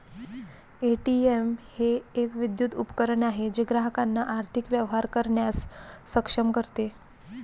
ATM हे एक विद्युत उपकरण आहे जे ग्राहकांना आर्थिक व्यवहार करण्यास सक्षम करते